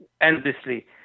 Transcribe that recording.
endlessly